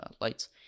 lights